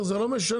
בסדר, זה לא משנה.